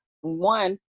one